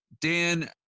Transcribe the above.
Dan